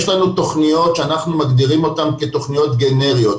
יש לנו תכניות שאנחנו מגדירים אותן כתכניות גנריות,